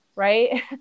right